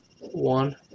One